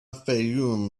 fayoum